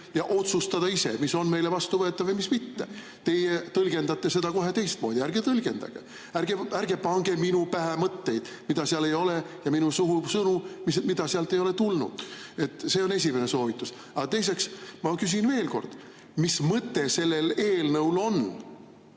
otsustada ise, mis on meile vastuvõetav ja mis mitte. Teie tõlgendate seda kohe teistmoodi. Ärge tõlgendage! Ärge pange minu pähe mõtteid, mida seal ei ole, ja minu suhu sõnu, mida sealt ei ole tulnud. See on esimene soovitus. Aga teiseks, ma küsin veel kord: mis mõte sellel eelnõul on?